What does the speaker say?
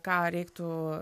ką reiktų